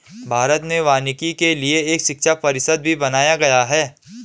भारत में वानिकी के लिए एक शिक्षा परिषद भी बनाया गया है